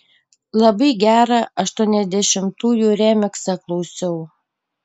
labai gerą aštuoniasdešimtųjų remiksą klausiau